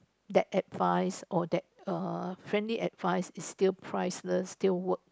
that advice or that uh friendly advice is still priceless still work